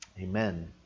Amen